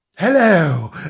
Hello